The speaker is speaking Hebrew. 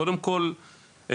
קודם כל השירות